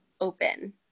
open